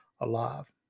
alive